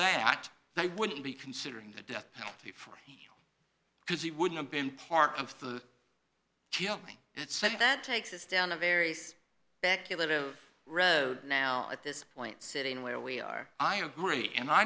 that they wouldn't be considering the death penalty for it because he wouldn't have been part of the killing it said that takes us down a very back to live right now at this point sitting where we are i agree and i